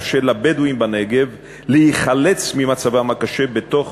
לאפשר לבדואים בנגב להיחלץ ממצבם הקשה בתוך